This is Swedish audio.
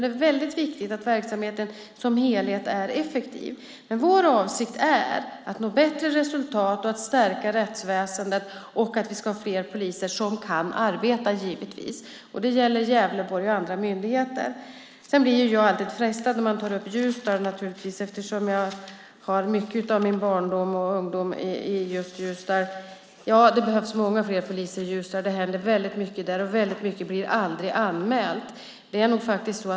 Det är viktigt att verksamheten som helhet är effektiv. Vår avsikt är att nå bättre resultat, stärka rättsväsendet och ha fler poliser som, givetvis, kan arbeta. Det gäller både Gävleborg och andra polismyndigheter. Sedan blir jag alltid frestad när man tar upp Ljusdal eftersom jag tillbringade mycket av min barndom och ungdom där. Ja, det behövs många fler poliser i Ljusdal. Det händer mycket där, och mycket blir aldrig anmält.